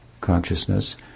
consciousness